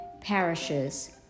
parishes